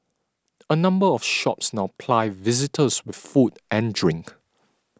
a number of shops now ply visitors with food and drink